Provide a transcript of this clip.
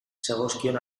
zegokion